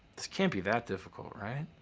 this can't be that difficult, right?